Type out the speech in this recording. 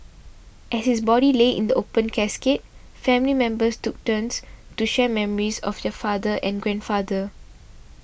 as his body lay in the open casket family members took turns to share memories of their father and grandfather